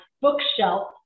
bookshelf